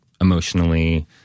emotionally